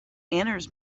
enters